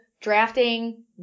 drafting